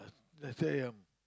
Nasi-Ayam